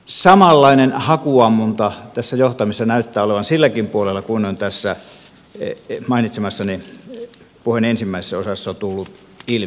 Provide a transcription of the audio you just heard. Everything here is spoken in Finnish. samanlainen hakuammunta tässä johtamisessa näyttää olevan silläkin puolella kuin on tässä mainitsemassani puheen ensimmäisessä osassa tullut ilmi